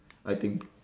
I think